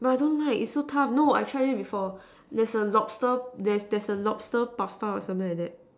but I don't like it's so tough no I tried it before there's a lobster there's there's a lobster pasta or something like that